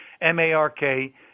M-A-R-K